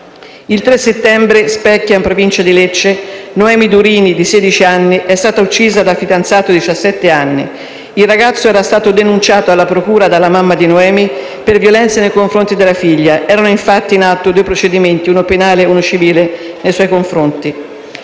Il 3 settembre, a Specchia, in provincia di Lecce, Noemi Durini, di sedici anni, è stata uccisa dal fidanzato di diciassette anni. Il ragazzo era stato denunciato alla procura dalla mamma di Noemi per violenze nei confronti della figlia. Erano, infatti, in atto due procedimenti, uno penale e uno civile, nei suoi confronti.